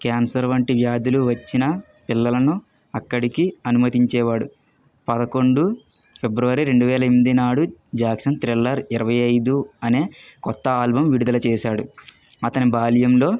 cancer వంటి వ్యాధులు వచ్చిన పిల్లలను అక్కడికి అనుమతించే వాడు పదకొండు ఫిబ్రవరి రెండు వేల ఎనిమిది నాడు జాక్సన్ థ్రిల్లర్ ఇరవై ఐదు అనే కొత్త ఆల్బమ్ విడుదల చేశారు అతను బాల్యంలో